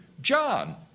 John